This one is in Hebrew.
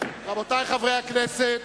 רבותי חברי הכנסת,